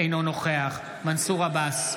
אינו נוכח מנסור עבאס,